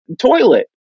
toilet